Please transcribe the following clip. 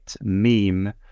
meme